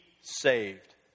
saved